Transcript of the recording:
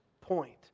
point